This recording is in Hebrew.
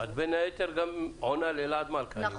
בין היתר את גם עונה לאלעד מלכא, אני מבין.